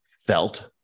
felt